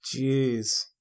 Jeez